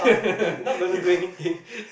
not gonna do anything